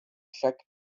chaque